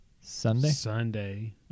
Sunday